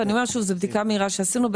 וזו בדיקה מהירה שעשינו,